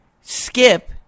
Skip